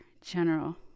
General